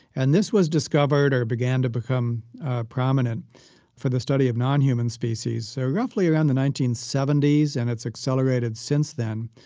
and this was discovered or began to become prominent for the study of nonhuman species so roughly around the nineteen seventy s and it's accelerated since then.